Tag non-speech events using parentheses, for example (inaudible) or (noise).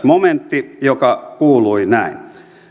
(unintelligible) momentti joka kuului näin